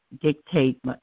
dictate